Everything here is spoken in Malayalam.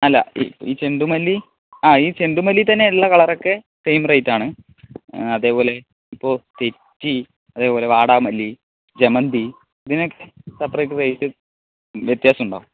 അല്ല ഈ ചെണ്ടുമല്ലി ആ ഈ ചെണ്ടുമല്ലിത്തന്നെ ഉള്ള കളറൊക്കെ സെയിം റേറ്റ് ആണ് അതേപോലെ ഇപ്പോൾ തെച്ചി അതേപോലെ വാടാമല്ലി ജെമന്തി ഇതിനൊക്കെ സെപ്പറേറ്റ് റേറ്റ് വ്യത്യാസമുണ്ടാകും